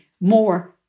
more